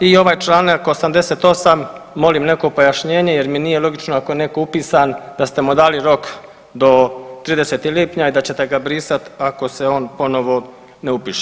I ovaj članak 88. molim neko pojašnjenje jer mi nije logično ako je netko upisan da ste mu dali rok do 30. lipnja i da ćete ga brisati ako se on ponovo ne upiše.